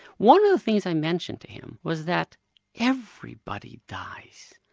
one of the things i mentioned to him was that everybody dies.